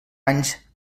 anys